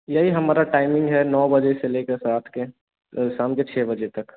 यही हमारा टाइमिंग है नौ बजे से ले कर रात के शाम के छः बजे तक